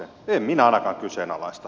en minä ainakaan kyseenalaista